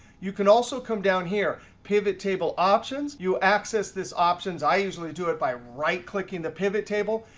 you can also come down here, pivot table options. you access this options. i usually do it by right-clicking the pivot table.